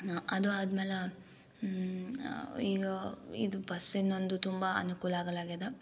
ನಾ ಅದು ಆದ್ಮೇಲೆ ಈಗ ಇದು ಬಸ್ ಇನ್ನೊಂದು ತುಂಬ ಅನುಕೂಲ ಆಗಲ್ಲಾಗ್ಯದ